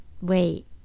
Wait